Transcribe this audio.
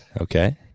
Okay